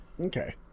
Okay